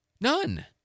none